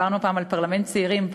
דיברנו פעם על פרלמנט צעירים,